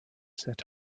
set